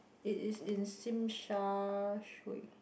it is in Shim Sha Tsui